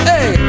Hey